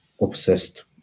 obsessed